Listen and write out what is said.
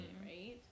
right